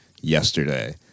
yesterday